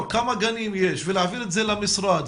כמה גנים יש אצלה ולהעביר את המספר למשרד?